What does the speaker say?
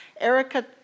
Erica